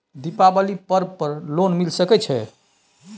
दीपावली पर्व पर लोन मिल सके छै?